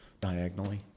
diagonally